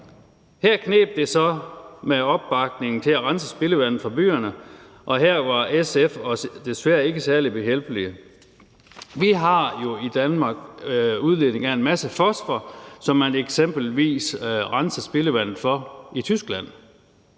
Her kneb det så med opbakningen til at rense spildevandet fra byerne, og her var SF desværre ikke særlig behjælpelige. Der udledes jo i Danmark en masse fosfor, som eksempelvis er noget, man renser spildevandet for i Tyskland.